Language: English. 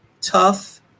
tough